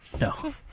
No